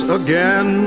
again